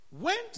went